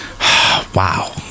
wow